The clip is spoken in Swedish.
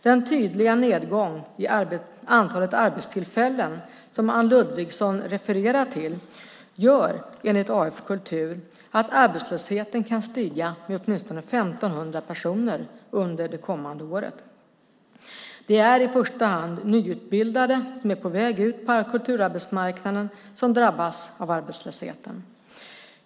Den tydliga nedgång i antalet arbetstillfällen som Anne Ludvigsson refererar till gör enligt AF Kultur att arbetslösheten kan stiga med åtminstone 1 500 personer under det kommande året. Det är i första hand nyutbildade som är på väg ut på kulturarbetsmarknaden som drabbas av arbetslösheten.